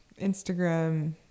Instagram